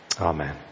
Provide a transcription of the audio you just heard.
amen